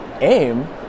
aim